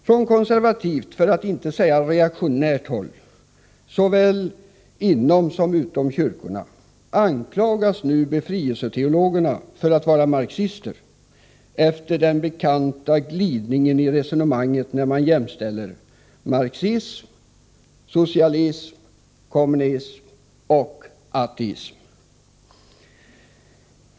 Från konservativt för att inte säga reaktionärt håll, såväl inom som utom kyrkorna, anklagas nu befrielseteologerna för att vara marxister, efter den bekanta glidningen i resonemanget när man jämställer marxism, socialism, kommunism och ateism.